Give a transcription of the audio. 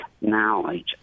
knowledge